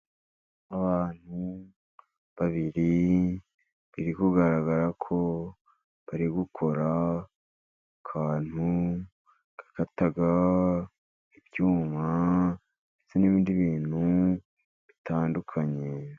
Abantu babiri biri kugaragara ko bari gukora akantu gata ibyuma, n'ibindi bintu bitandukanye.